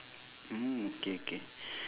mm okay okay